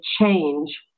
change